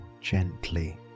gently